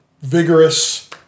vigorous